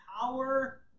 power